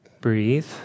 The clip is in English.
breathe